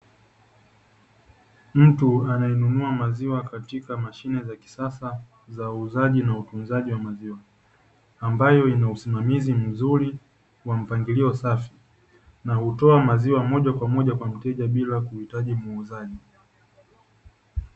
Mtu anayenunua maziwa katika mashine za kisasa za uuzaji na utunzaji wa maziwa, ambayo yana usimamizi mzuri wa mpangilio safi, na hutoa maziwa moja kwa moja kwa mteja bila kuhitaji muuzaji.